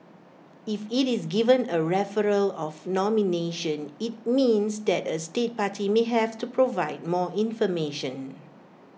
if IT is given A referral of nomination IT means that A state party may have to provide more information